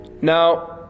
Now